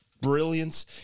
brilliance